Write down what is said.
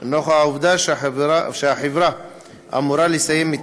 נוכח העובדה שהחברה אמורה לסיים את